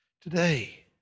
today